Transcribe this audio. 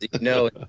No